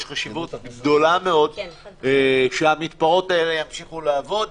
יש חשיבות גדולה מאוד שהמתפרות האלה ימשיכו לעבוד,